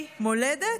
לוותר על שטחי מולדת?